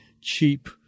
cheap